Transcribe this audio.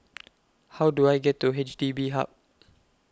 How Do I get to H D B Hub